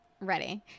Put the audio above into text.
ready